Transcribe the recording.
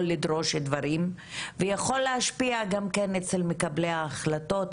לדרוש דברים ויכול להשפיע גם כן אצל מקבלי ההחלטות,